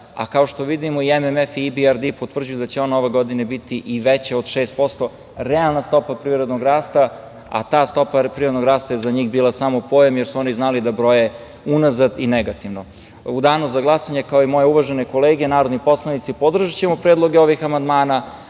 Kao što vidimo, i MMF i EBRD potvrđuju da će ona ove godine biti i veća od 6%, realna stopa privrednog rasta, a ta stopa je za njih bila samo pojam, jer su oni znali da broje unazad i negativno.U danu za glasanje, kao i moje uvažene kolege narodni poslanici, podržaćemo predloge ovih amandmana,